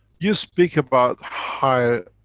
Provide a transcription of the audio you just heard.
you speak about higher